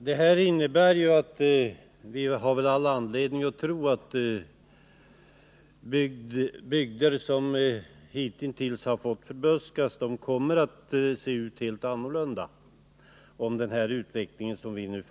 Om lagstiftningen får avsedd verkan, och det tror vi, så kommer de bygder som hittills har fått förbuskas att så småningom se helt annorlunda ut.